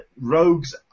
Rogues